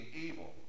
evil